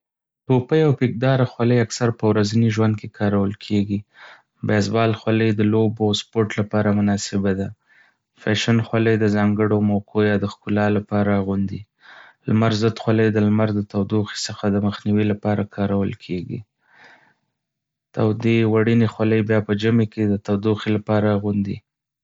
ټوپۍ او پېک داره خولۍ اکثر په ورځني ژوند کې کارول کېږي. بېس بال خولۍ د لوبو او سپورت لپاره مناسبه ده. فیشن خولۍ د ځانګړو موقعو یا د ښکلا لپاره اغوندي. لمر ضد خولۍ د لمر د تودوخې څخه د مخنیوي لپاره کارول کېږي. تودې وړينې خولۍ بیا په ژمي کې د تودوخې لپاره اغوندي.